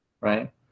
right